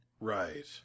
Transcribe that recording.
right